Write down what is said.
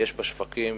יש בשווקים